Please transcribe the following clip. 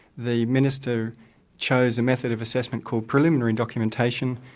the minister chose a method of assessment called preliminary documentation,